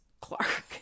Clark